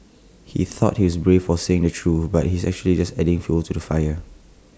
he thought he's brave for saying the truth but he's actually just adding fuel to the fire